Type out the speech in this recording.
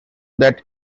that